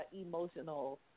emotional